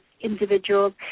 individuals